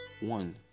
one